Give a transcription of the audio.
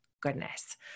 goodness